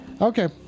Okay